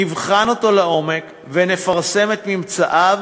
נבחן אותו לעומק ונפרסם את ממצאיו,